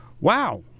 Wow